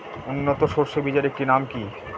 উন্নত সরষে বীজের একটি নাম কি?